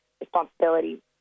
responsibility